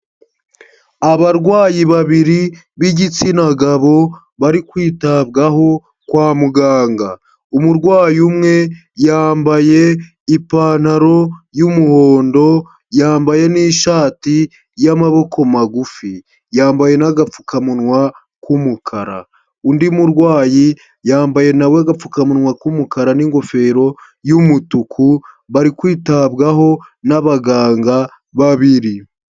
Abarwayi babiri b'igitsina gabo bari kwitabwaho kwa muganga, umurwayi umwe yambaye ipantaro y'umuhondo yambaye n'ishati y'amaboko magufi, yambaye n'agapfukamunwa k'umukara. Undi murwayi yambaye agapfukamunwa k'umukara n'ingofero y'umutuku bari kwitabwaho n'abaganga b'abiri.